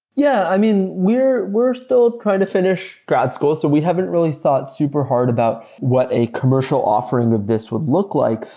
yeah. i mean, we're we're still trying to finish grad school. so we haven't really thought super-hard about what a commercial offering of this would look like,